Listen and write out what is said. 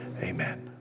amen